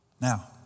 Now